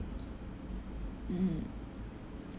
mm